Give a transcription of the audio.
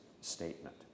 statement